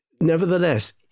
nevertheless